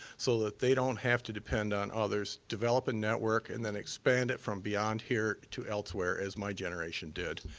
so that they don't have to depend on others. develop a network and then expand it from beyond here to elsewhere, as my generation did.